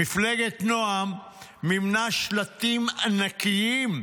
מפלגת נעם מימנה שלטים ענקים,